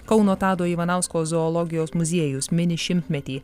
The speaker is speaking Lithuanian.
kauno tado ivanausko zoologijos muziejus mini šimtmetį